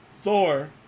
Thor